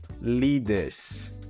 leaders